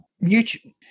mutual